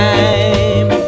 Time